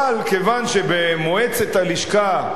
אבל כיוון שבמועצת הלשכה,